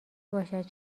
باشد